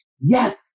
yes